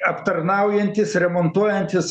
aptarnaujantys remontuojantys